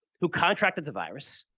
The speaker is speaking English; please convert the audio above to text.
who contracted the virus,